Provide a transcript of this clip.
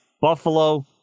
Buffalo